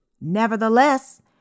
Nevertheless